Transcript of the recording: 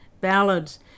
ballads